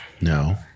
No